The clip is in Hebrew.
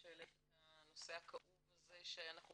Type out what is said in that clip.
שהעלית את הנושא הכאוב הזה שאנחנו